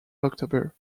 october